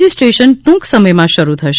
જી station ટુંક સમયમાં શરૂ થશે